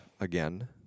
again